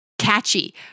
Catchy